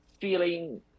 feeling